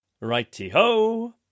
Righty-ho